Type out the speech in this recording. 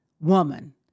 woman